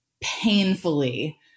painfully